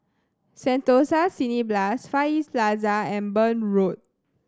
Sentosa Cineblast Far East Plaza and Burn Road